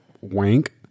wank